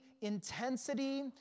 intensity